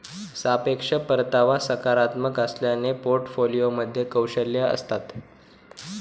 सापेक्ष परतावा सकारात्मक असल्याने पोर्टफोलिओमध्ये कौशल्ये असतात